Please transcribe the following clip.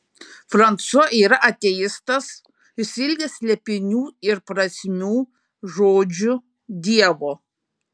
fransua yra ateistas išsiilgęs slėpinių ir prasmių žodžiu dievo